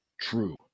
true